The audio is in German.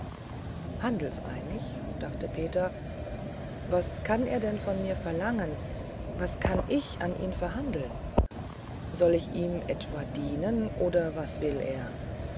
handelseinig dachte peter was kann er denn von mir verlangen was kann ich an ihn verhandeln soll ich ihm etwa dienen oder was will er